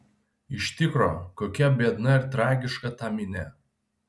iš tikro kokia biedna ir tragiška ta minia